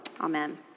Amen